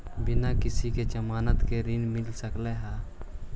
बिना किसी के ज़मानत के ऋण मिल सकता है?